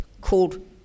called